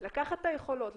לקחת את היכולות,